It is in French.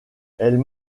elle